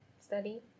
study